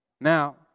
Now